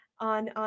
on